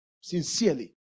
Sincerely